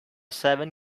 seven